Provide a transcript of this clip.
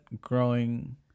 growing